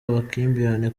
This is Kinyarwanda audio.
amakimbirane